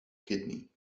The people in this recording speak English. kidney